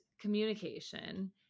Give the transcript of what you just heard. communication